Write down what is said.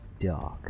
dark